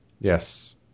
yes